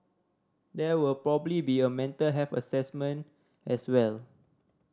there would probably be a mental health assessment as well